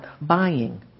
buying